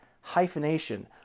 hyphenation